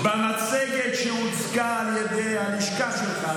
במצגת שהוצגה על ידי הלשכה שלך,